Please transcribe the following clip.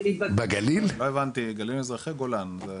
לא הבנתי, גליל מזרחי או גולן?